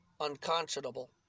unconscionable